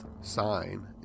sign